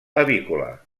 avícola